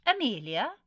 Amelia